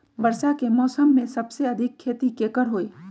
वर्षा के मौसम में सबसे अधिक खेती केकर होई?